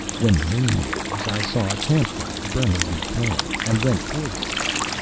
when the moon rose i saw a camp-fire burning on the plain, and went towards it.